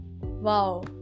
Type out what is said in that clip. wow